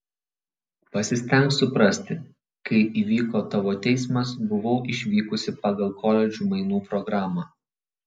pasistenk suprasti kai įvyko tavo teismas buvau išvykusi pagal koledžų mainų programą